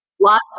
Lots